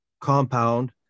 compound